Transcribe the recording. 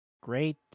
Great